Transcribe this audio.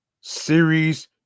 series